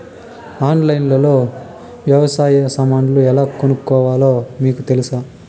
ఆన్లైన్లో లో వ్యవసాయ సామాన్లు ఎలా కొనుక్కోవాలో మీకు తెలుసా?